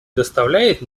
доставляет